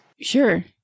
Sure